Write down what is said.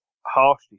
Harshly